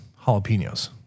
jalapenos